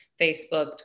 Facebook